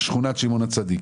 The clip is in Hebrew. שכונת שמעון הצדיק,